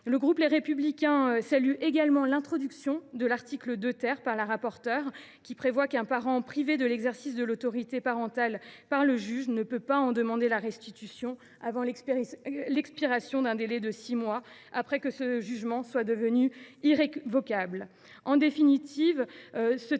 Le groupe Les Républicains salue également l’introduction de l’article 2 par la rapporteure, qui prévoit qu’un parent privé de l’exercice de l’autorité parentale par le juge ne peut en demander la restitution avant l’expiration d’un délai de six mois, une fois le jugement devenu irrévocable.